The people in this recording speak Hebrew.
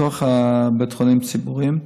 בתוך בתי החולים הציבוריים,